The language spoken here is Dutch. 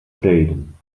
treden